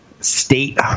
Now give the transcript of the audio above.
state